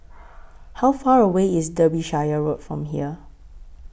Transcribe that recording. How Far away IS Derbyshire Road from here